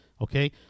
okay